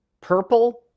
purple